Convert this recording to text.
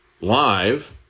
live